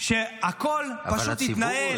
שהכול פשוט התנהל,